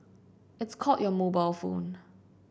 it's called your mobile phone